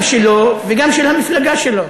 גם שלו וגם של המפלגה שלו,